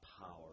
power